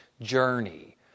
journey